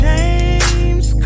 James